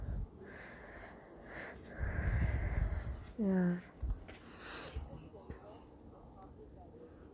ya